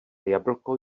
jablko